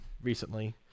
recently